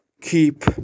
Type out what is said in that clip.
keep